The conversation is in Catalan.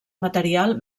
material